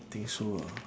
think so ah